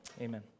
Amen